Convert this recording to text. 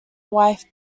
wife